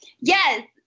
Yes